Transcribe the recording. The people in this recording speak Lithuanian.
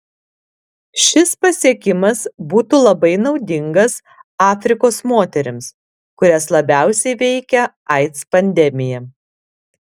šis pasiekimas būtų labai naudingas afrikos moterims kurias labiausiai veikia aids pandemija